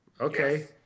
Okay